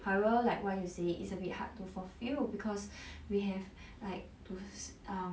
however like why you say it's a bit hard to fulfil because we have like to um